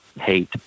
hate